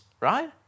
right